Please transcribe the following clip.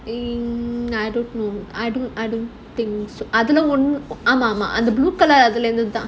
mm I don't know I don't I don't think blue colour colour dark